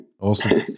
Awesome